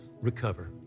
recover